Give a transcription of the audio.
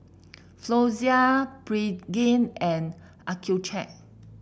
Floxia Pregain and Accucheck